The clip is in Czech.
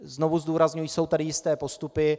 Znovu zdůrazňuji, jsou tady jisté postupy.